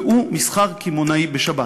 והוא מסחר קמעונאי בשבת.